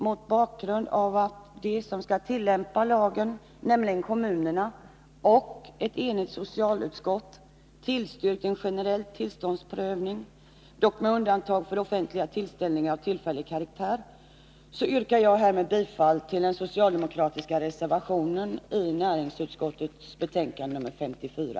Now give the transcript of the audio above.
Mot bakgrund av att de som skall tillämpa lagen, nämligen kommunerna, och ett enigt socialutskott, tillstyrkt en generell tillståndsprövning — dock med undantag för offentliga tillställningar av tillfällig karaktär — yrkar jag härmed bifall till den socialdemokratiska reservationen vid näringsutskottets betänkande nr 54.